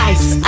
Ice